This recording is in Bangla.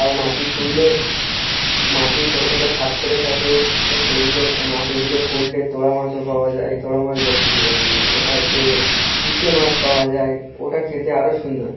আবার মাটি খুঁড়লে মাটির ছোটো ছোটো খাত করে থাকে বা সেইগুলো মাটিগুলো খুঁড়লে তোড়া মাছও পাওয়া যায় তোড়া মাছ বলছি ইয়ে ওটা হচ্ছে কুইচা মাছ পাওয়া যায় ওটা খেতে আরও সুন্দর